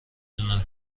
دونم